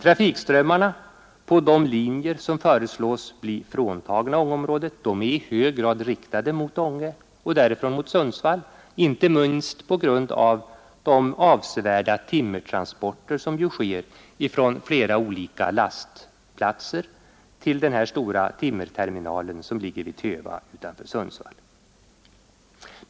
Trafikströmmarna på de linjer som föreslås bli fråntagna Ängeområdet är i hög grad riktade mot Ånge och därifrån mot Sundsvall, inte minst på grund av de avsevärda timmertransporter som nu går från flera olika lastplatser till den stora timmerterminalen som ligger vid Töva utanför Sundsvall.